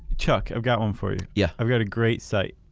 chuck i've got one for you. yeah i've got a great site,